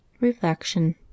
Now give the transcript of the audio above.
reflection